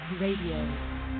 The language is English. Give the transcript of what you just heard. Radio